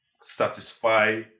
satisfy